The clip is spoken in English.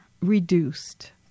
reduced